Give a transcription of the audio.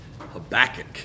Habakkuk